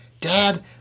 Dad